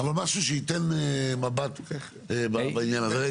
אבל משהו שייתן מבט בעניין הזה.